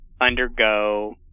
undergo